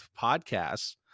podcasts